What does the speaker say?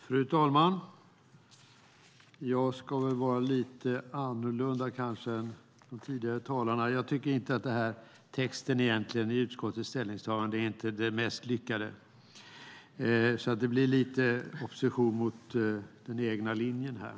Fru talman! Jag kommer att ha en lite annorlunda vinkel än de tidigare talarna. Jag tycker inte att den här texten i utskottets ställningstagande är den mest lyckade. Det blir alltså lite opposition mot den egna linjen här.